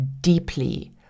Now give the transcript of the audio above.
deeply